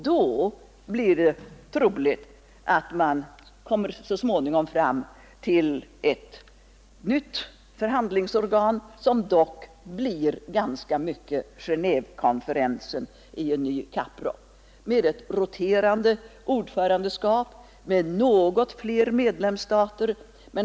Då blir det troligt att man så småningom kommer fram till ett nytt förhandlingsorgan, som dock blir ganska mycket Genévekonferensen i en ny kapprock, med ett roterande ordförandeskap och med något fler medlemsstater.